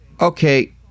Okay